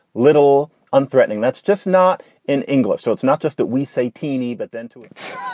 little unthreatening. that's just not in english. so it's not just that we say teeny. but then, too, it's. oh,